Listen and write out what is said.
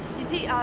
you see,